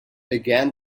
began